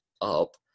up